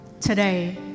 today